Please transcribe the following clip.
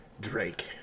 Drake